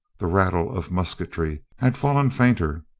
the rattle of musketry had fallen fainter,